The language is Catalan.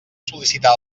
sol·licitar